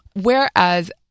Whereas